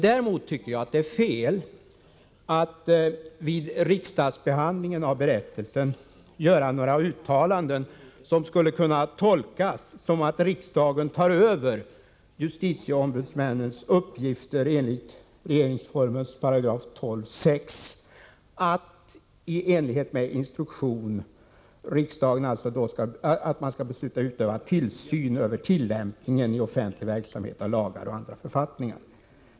Däremot tycker jag att det är fel att vid riksdagsbehandlingen av berättelsen göra några uttalanden som skulle kunna tolkas som att riksdagen tar över justitieombudsmännens uppgift enligt regeringsformens 12 kap. 6§ att i enlighet med instruktion utöva tillsyn över tillämpningen i offentlig verksamhet av lagar och andra författningar.